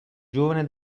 giovane